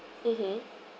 mmhmm